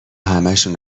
همشون